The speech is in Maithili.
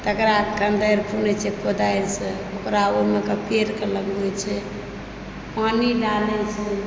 तेकरा खँडेर खुनै छै कोदारिसँ ओकरा ओहिमे कऽपेड़कऽ लगबै छै पानि डालए छै